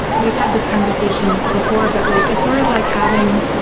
we've had this conversation before, but like it's sort of like having